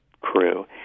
crew